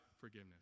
forgiveness